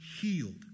healed